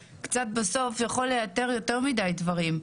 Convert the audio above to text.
בסוף זה יכול לייתר יותר מדי דברים.